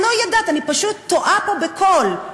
אני לא יודעת, אני פשוט תוהה פה בקול.